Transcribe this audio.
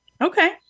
Okay